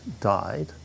died